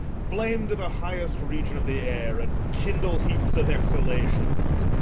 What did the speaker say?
flame to the highest region of the air, and kindle heaps of exhalations,